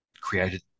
created